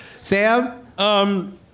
Sam